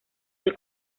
del